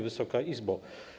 Wysoka Izbo!